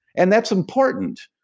and that's important.